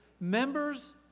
members